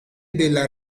della